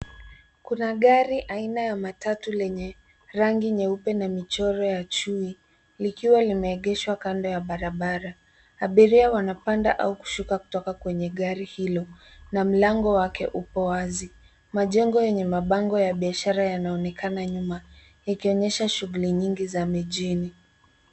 Kuna gari aina ya matatu lenye rangi nyeupe na michoro ya chui, likiwa limeegeshwa kando ya barabara. Abiria wanapanda au kushuka kutoka kwenye gari hilo, na mlango wake upo wazi. Majengo yenye mabango ya biashara yanaonekana nyuma, yakionyesha shughuli nyingi za mijini.